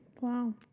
Wow